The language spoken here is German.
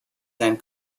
sein